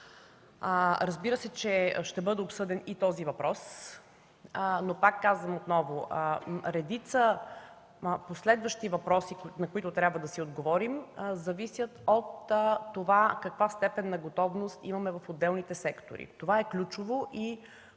Разбира се, че ще бъде обсъден и този въпрос, но пак казвам отново, редица последващи въпроси, на които трябва да си отговорим, зависят от това каква степен на готовност имаме в отделните сектори. Това е ключово.